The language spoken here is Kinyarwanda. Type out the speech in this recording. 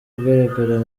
ugaragara